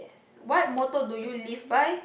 what motto do you live by